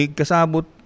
kesabut